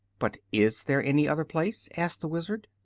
but is there any other place? asked the wizard.